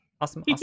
awesome